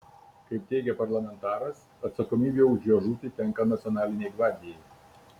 kaip teigia parlamentaras atsakomybė už jo žūtį tenka nacionalinei gvardijai